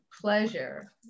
pleasure